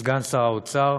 סגן שר האוצר,